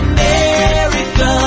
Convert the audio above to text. America